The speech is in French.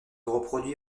reproduit